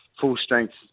full-strength